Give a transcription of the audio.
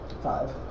Five